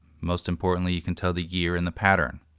most importantly you can tell the year and the pattern.